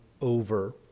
over